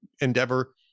endeavor